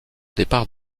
départ